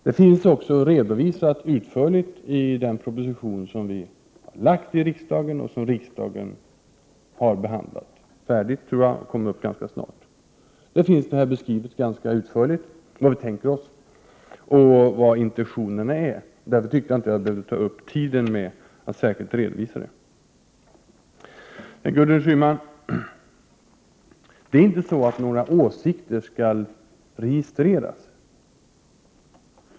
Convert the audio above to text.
Det finns också utförligt redovisat i den proposition som vi har lagt fram och som för närvarande behandlas av riksdagen. Den kommer ganska snart upp till avgörande. Där finns det rätt utförligt beskrivet vad vi tänker oss och vilka intentionerna är. Därför tyckte jag inte att jag behövde ta upp tiden med att särskilt redovisa det. Gudrun Schyman, det är inte så att några åsikter skall registreras.